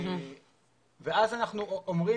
ואז אנחנו אומרים,